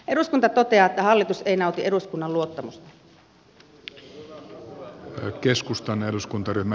eduskunta toteaa että hallitus ei nauti eduskunnan luottamusta